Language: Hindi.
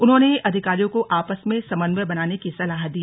उन्होंने अधिकारियों को आपस में समन्वय बनाने की सलाह दी